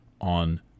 on